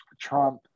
Trump